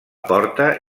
porta